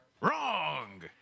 wrong